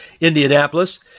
Indianapolis